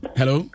Hello